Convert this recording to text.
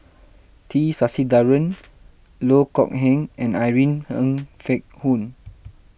T Sasitharan Loh Kok Heng and Irene Ng Phek Hoong